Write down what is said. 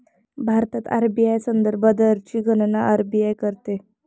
भारतात आर.बी.आय संदर्भ दरची गणना आर.बी.आय करते